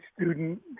student